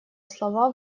слова